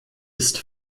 ist